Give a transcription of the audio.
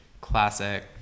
classic